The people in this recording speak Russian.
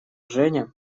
женя